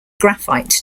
graphite